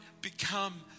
become